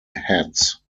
hats